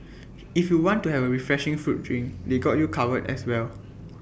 if you want to have A refreshing fruit drink they got you covered as well